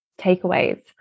takeaways